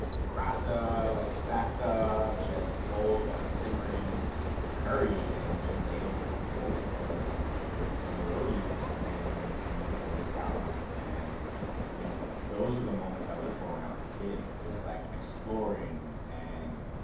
paratha like stacked up, she has this bowl of like simmering curry and she ladles a couple of bowls for us with some roti and we go to town on it and you know those are the moments i lived for when i was kid, like exploring and